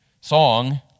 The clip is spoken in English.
song